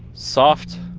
soft,